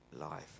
life